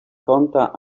kąta